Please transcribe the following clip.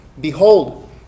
Behold